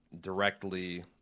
directly